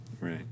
right